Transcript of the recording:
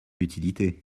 utilité